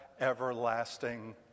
everlasting